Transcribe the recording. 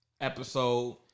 episode